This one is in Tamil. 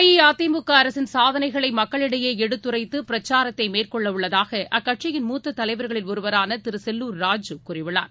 அஇஅதிமுகஅரசின் சாதனைகளைமக்களிடையேஎடுத்துரைத்துபிரச்சாரத்தைமேற்கொள்ளவுள்ளதாகஅக்கட்சியின் மூத்ததலைவர்களில் ஒருவரானதிருசெல்லூர் ராஜு கூறியுள்ளார்